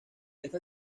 esta